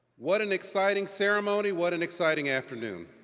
what an exciting ceremony! what an exciting afternoon!